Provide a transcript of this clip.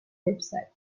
website